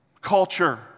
culture